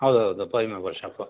ಹೌದೌದು ಪೈ mobile shop